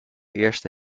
eerste